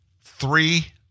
three